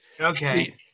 Okay